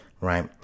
right